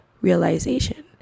realization